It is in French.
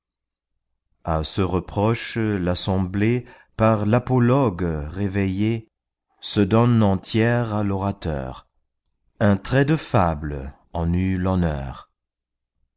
à ce reproche l'assemblée par l'apologue réveillée se donne entière à l'orateur un trait de fable en eut l'honneur